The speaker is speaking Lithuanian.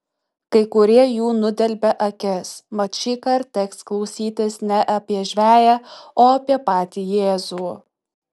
kai kurie jų nudelbia akis mat šįkart teks klausytis ne apie žveję o apie patį jėzų